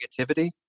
negativity